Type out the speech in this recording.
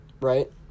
right